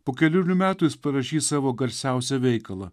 po kelerių metų jis parašys savo garsiausią veikalą